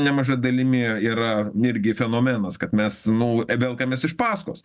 nemaža dalimi yra irgi fenomenas kad mes nu e velkamės iš pasakos